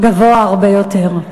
גבוה הרבה יותר.